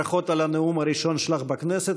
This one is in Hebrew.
ברכות על הנאום הראשון שלך בכנסת.